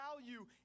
value